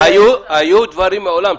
היו דברים מעולם.